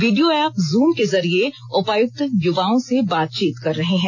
video app Zoom के जरिये उपायुक्त युवाओं से बातचीत कर रहे हैं